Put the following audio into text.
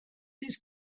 his